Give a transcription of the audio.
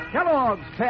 Kellogg's